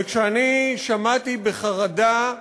כשאני שמעתי בחרדה,